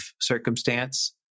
circumstance